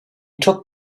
took